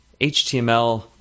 HTML